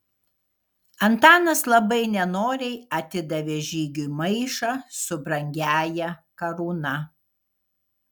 antanas labai nenoriai atidavė žygiui maišą su brangiąja karūna